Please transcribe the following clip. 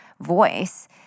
voice